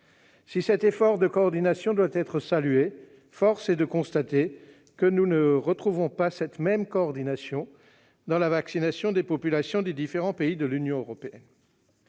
Si cet effort de coordination doit être salué, force est de constater que nous ne retrouvons pas cette même coordination dans la vaccination des populations des différents pays de l'Union européenne.